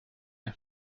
bei